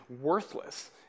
worthless